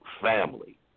family